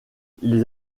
les